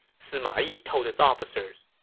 sima yi told his officers,